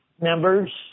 members